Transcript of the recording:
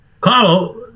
Carlo